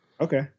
Okay